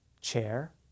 Chair